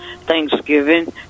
Thanksgiving